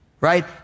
right